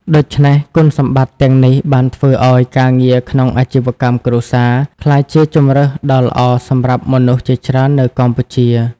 ដូច្នេះ គុណសម្បត្តិទាំងនេះបានធ្វើឱ្យការងារក្នុងអាជីវកម្មគ្រួសារក្លាយជាជម្រើសដ៏ល្អសម្រាប់មនុស្សជាច្រើននៅកម្ពុជា។